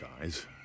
guys